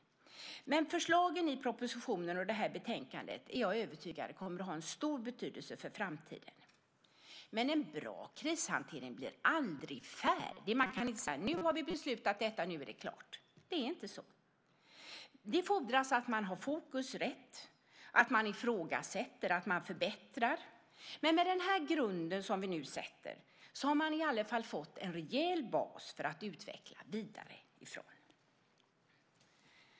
Jag är övertygad om att förslagen i propositionen och i betänkandet kommer att ha stor betydelse för framtiden. En bra krishantering blir dock aldrig färdig. Man kan inte säga: Nu har vi beslutat detta, och nu är det klart. Det är inte så. Det fordras att man har rätt fokus, att man ifrågasätter och förbättrar, men med den grund som vi nu sätter har vi i alla fall fått en rejäl bas att utveckla vidare från.